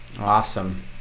Awesome